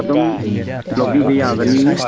ꯑꯗꯨꯝ ꯂꯧꯕꯤꯕ ꯌꯥꯒꯅꯤ